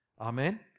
Amen